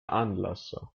anlasser